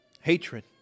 hatred